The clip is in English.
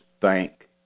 thank